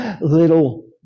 little